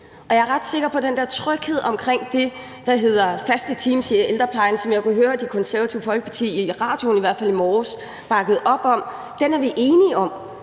Og jeg er ret sikker på, at den der tryghed om det, der hedder faste teams i ældreplejen, som jeg kunne høre Det Konservative Folkeparti i hvert fald i morges i radioen bakkede op om, er vi enige om.